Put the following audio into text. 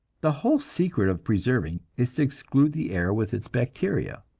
the whole secret of preserving is to exclude the air with its bacteria.